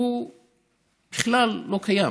הוא בכלל לא קיים.